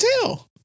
tell